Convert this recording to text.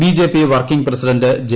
BJP working president J